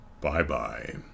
Bye-bye